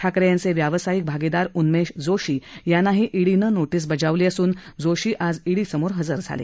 ठाकरे यांचे व्यावसायिक भागीदार उन्मेश जोशी यांनाही ईडीनं नोटीस बजावली असून जोशी आज ईडीसमोर हजर झाले